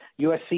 USC